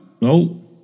No